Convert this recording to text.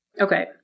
Okay